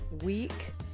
week